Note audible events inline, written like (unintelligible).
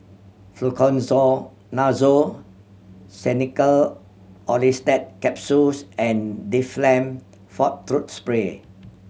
(unintelligible) Xenical Orlistat Capsules and Difflam Forte Throat Spray